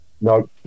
No